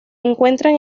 encuentran